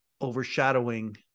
overshadowing